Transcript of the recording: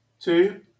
two